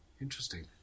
Interesting